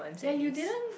yea you didn't